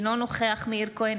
אינו נוכח מאיר כהן,